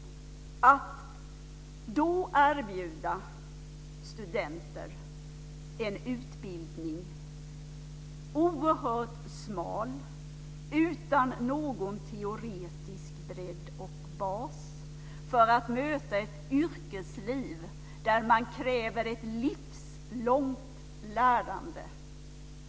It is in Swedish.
Då erbjuds studenter en utbildning som är oerhört smal och som inte har någon teoretisk bredd och bas för att möta ett yrkesliv där man kräver ett livslångt lärande.